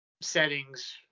settings